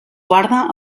guarda